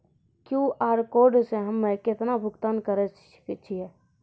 QR code से हम्मय केतना भुगतान करे सके छियै?